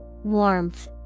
Warmth